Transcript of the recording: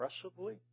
progressively